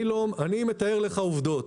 אני מתאר לך עובדות.